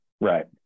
right